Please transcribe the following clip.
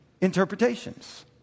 interpretations